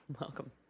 Welcome